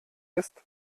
ist